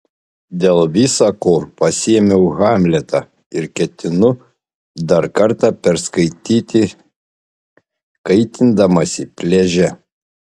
dėl visa ko pasiėmiau hamletą ir ketinu dar kartą perskaityti kaitindamasi pliaže